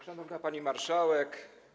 Szanowna Pani Marszałek!